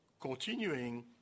continuing